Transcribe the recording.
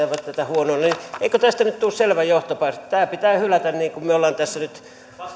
tätä huonona niin eikö tästä nyt tule selvä johtopäätös että tämä pitää hylätä niin kuin